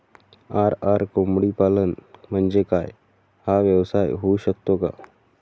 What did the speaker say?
RR कोंबडीपालन म्हणजे काय? हा व्यवसाय होऊ शकतो का?